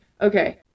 okay